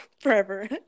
forever